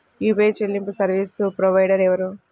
UPI చెల్లింపు service provider ఎవరు?